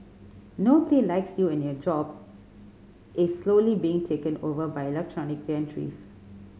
nobody likes you and your job is slowly being taken over by electronic gantries